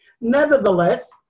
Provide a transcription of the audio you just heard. Nevertheless